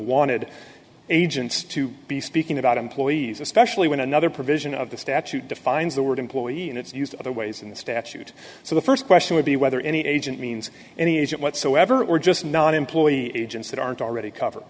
wanted agents to be speaking about employees especially when another provision of the statute defines the word employee and it's used other ways in the statute so the first question would be whether any agent means any agent whatsoever or just not an employee agents that aren't already covered